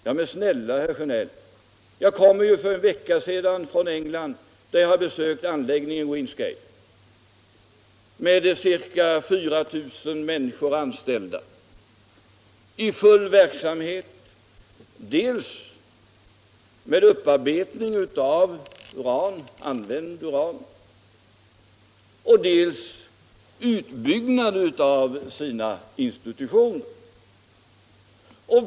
Men, snälla herr Sjönell, jag kom för en vecka sedan från England, där jag hade besökt anläggningen i Windscale med ca 4 000 människor anställda och i full verksamhet dels med upparbetning av använt uran, dels med utbyggnad av sina institutioner.